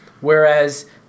whereas